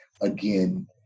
again